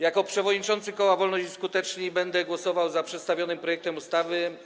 Jako przewodniczący koła Wolność i Skuteczni będę głosował za przedstawionym projektem ustawy.